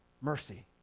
mercy